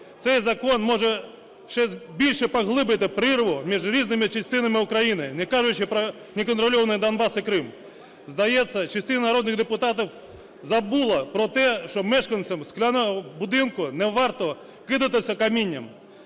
цей закон може ще більше поглибити прірву між різними частинами України, не кажучи про неконтрольований Донбас і Крим. Здається, частина народних депутатів забула про те, що мешканцям "скляного будинку" не варто кидатися камінням.